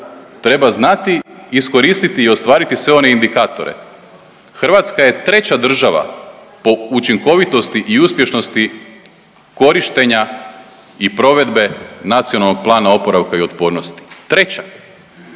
treba znati iskoristiti i ostvariti sve one indikatore. Hrvatska je treća država po učinkovitosti i uspješnosti korištenja i provedbe Nacionalnog plana oporavka i otpornosti, treća,